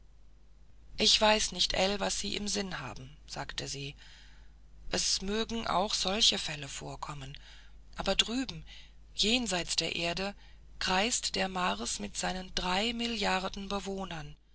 ich weiß nicht ell was sie im sinn haben sagte sie es mögen auch solche fälle vorkommen aber drüben jenseits der erde kreist der mars mit seinen drei milliarden bewohnern